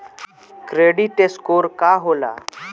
Credit score का होला?